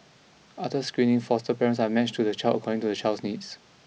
after screening foster parents are matched to the child according to the child's needs